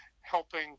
helping